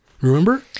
remember